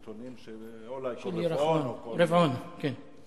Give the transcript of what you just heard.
אולי כל רבעון --- כל רבעון, כן.